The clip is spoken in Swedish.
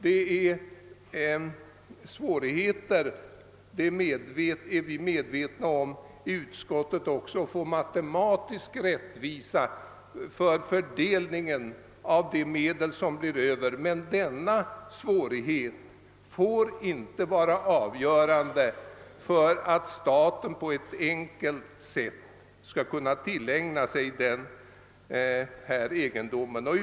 Vi är också inom utskottet medvetna om att det är svårt att få en matematisk rättvisa i fördelningen av (de medel som blir över, men denna svårighet bör inte vara avgörande för deras möjligheter att på ett enkelt sätt tillägna sig ifrågavarande fastigheter.